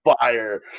fire